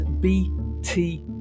bt